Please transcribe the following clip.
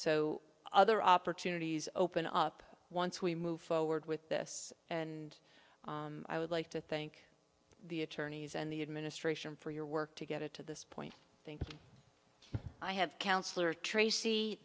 so other opportunities open up once we move forward with this and i would like to thank the attorneys and the administration for your work to get it to this point i think i have councilor trac